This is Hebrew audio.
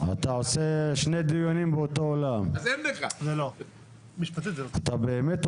יש הבדל בין האם רשות שלחה ע אישור מסירה וזה לא משנה מה קרה.